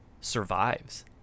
survives